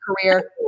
career